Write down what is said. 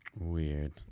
weird